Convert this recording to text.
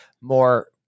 more